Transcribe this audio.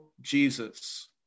Jesus